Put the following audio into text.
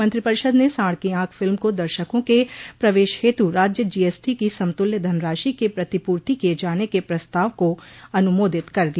मंत्रिपरिषद ने साड़ की ऑख फिल्म को दर्शकों के प्रवेश हेतु राज्य जीएसटी की समतुल्य धनराशि के प्रतिपूर्ति किये जाने के प्रस्ताव को अनुमोदित कर दिया